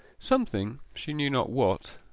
something, she knew not what,